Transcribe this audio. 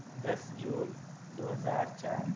دس جون دو ہزار چار